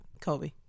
Kobe